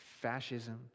fascism